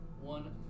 one